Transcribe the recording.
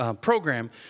program